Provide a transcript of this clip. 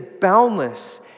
boundless